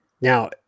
Now